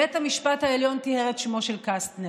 בית המשפט העליון טיהר את שמו של קסטנר.